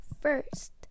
first